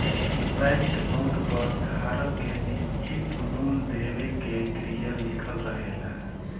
bank note पर धारक के निश्चित मूल देवे के क्रिया लिखल रहेला